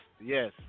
yes